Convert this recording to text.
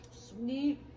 sweet